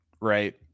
Right